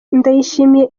ndayishimiye